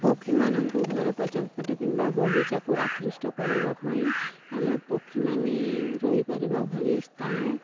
ପକ୍ଷୀମାନଙ୍କୁ ଘର ପଛପଟେ କିମ୍ବା ବଗିଚାକୁ ଆକୃଷ୍ଟ କରିବା ପାଇଁ ଆମେ ପକ୍ଷୀମାନେ ରହିପାରିବା ଭଳି ସ୍ଥାନ